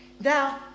Now